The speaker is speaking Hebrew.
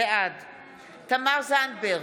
בעד תמר זנדברג,